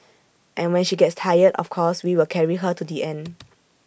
and when she gets tired of course we will carry her to the end